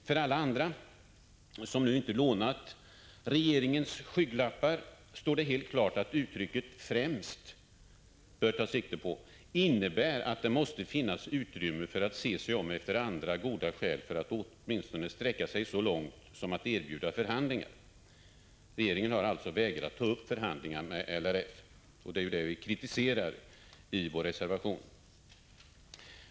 För alla andra, som nu inte lånat regeringens skygglappar, står det helt klart att uttrycket ”främst bör ta sikte på” innebär att det måste finnas utrymme för att se sig om efter andra goda skäl för att åtminstone sträcka sig så långt som att erbjuda förhandlingar. Regeringen har alltså vägrat ta upp förhandlingar med LRF, och det är det som vi kritiserar i vår reservation.